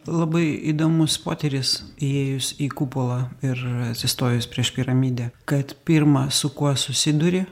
labai įdomus potyris įėjus į kupolą ir atsistojus prieš piramidę kad pirma su kuo susiduri